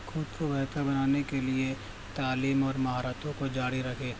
خود کو بہتر بنانے کے لیے تعلیم اور مہارتوں کو جاری رکھے